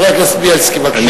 חבר הכנסת זאב בילסקי, בבקשה.